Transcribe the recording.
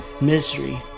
misery